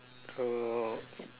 so